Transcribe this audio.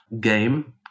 game